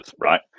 right